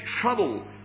trouble